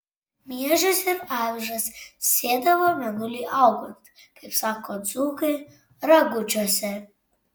miežius ir avižas sėdavo mėnuliui augant kaip sako dzūkai ragučiuose